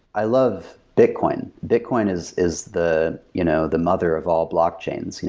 i love bitcoin. bitcoin is is the you know the mother of all blockchains. you know